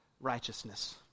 righteousness